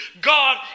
God